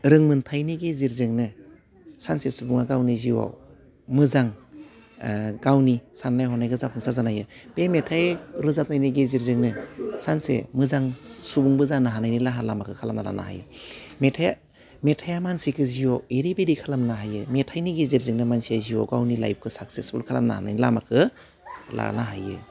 रोंमोनथाइनि गेजेरजोंनो सानसे सुबुंआ गावनि जिउआव मोजां ओह गावनि साननाय हनायखौ जाफुंसार जानो हायो बे मेथाइ रोजाबनि गेजेरजोंनो सानसे मोजां सुबुंबो जानो हानायनि राहा लामाखो खालामना लानो हायो मेथाइआ मेथाइआ मानसिखो जिउआव एरैबायदि खालामनो हायो मेथाइनि गेजेरजोंनो मानसिया जिउआव गावनि लाइफखो साखसेसफुल खालामनो हानायनि लामाखो लानो हायो